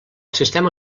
sistema